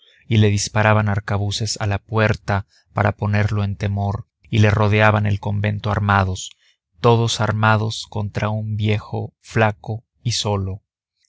y le disparaban arcabuces a la puerta para ponerlo en temor y le rodeaban el convento armados todos armados contra un viejo flaco y solo